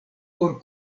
por